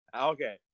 Okay